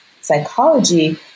psychology